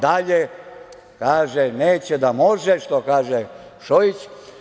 Dalje, kaže – neće da može, što kaže Šojić.